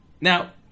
Now